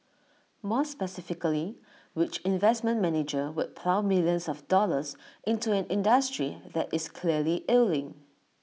more specifically which investment manager would plough millions of dollars into an industry that is clearly ailing